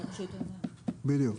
אגב,